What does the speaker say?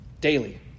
Daily